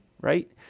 right